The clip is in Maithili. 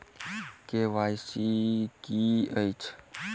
ई के.वाई.सी की अछि?